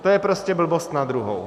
To je prostě blbost na druhou.